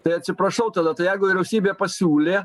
tai atsiprašau tada tai jeigu vyriausybė pasiūlė